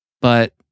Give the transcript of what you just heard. But-